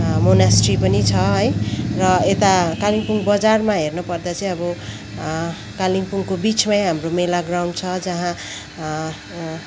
monastery पनि छ है र यता कालिम्पोङ बजारमा हेर्नुपर्दा चाहिँ अब कालिम्पोङको बिचमा है हाम्रो मेला ग्राउन्ड छ जहाँ